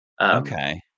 okay